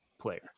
player